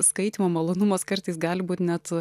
skaitymo malonumas kartais gali būt net